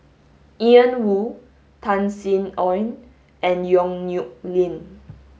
Ian Woo Tan Sin Aun and Yong Nyuk Lin